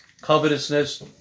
covetousness